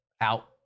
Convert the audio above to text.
out